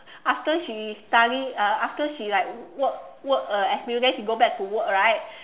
after she study uh after she like work work uh experience then she go back to work right